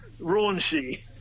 raunchy